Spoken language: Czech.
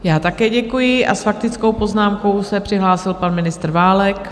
Já také děkuji a s faktickou poznámkou se přihlásil pan ministr Válek.